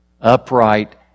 upright